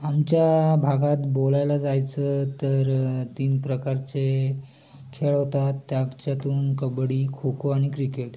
आमच्या भागात बोलायला जायचं तर तीन प्रकारचे खेळ होतात त्याच्यातून कबड्डी खोखो आणि क्रिकेट